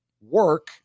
work